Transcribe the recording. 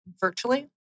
virtually